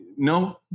No